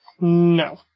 No